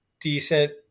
decent